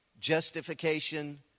justification